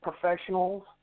professionals